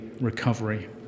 recovery